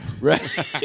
Right